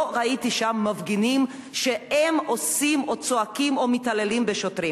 לא ראיתי שם מפגינים שעושים או צועקים או מתעללים בשוטרים.